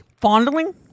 Fondling